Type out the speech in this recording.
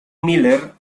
miller